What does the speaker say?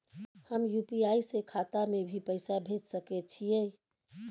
हम यु.पी.आई से खाता में भी पैसा भेज सके छियै?